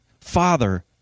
Father